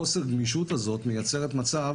חוסר הגמישות מייצר מצב